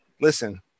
listen